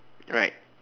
right